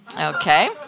Okay